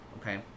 okay